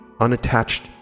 unattached